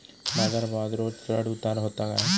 बाजार भावात रोज चढउतार व्हता काय?